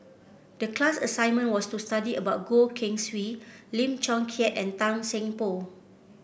the class assignment was to study about Goh Keng Swee Lim Chong Keat and Tan Seng Poh